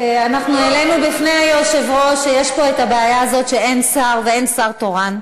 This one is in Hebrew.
אנחנו העלינו בפני היושב-ראש שיש פה הבעיה הזאת שאין שר ואין שר תורן,